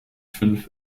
fünf